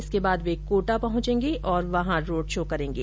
इसके बाद वे कोटा पहुंचेंगे और वहां रोड शो करेंगे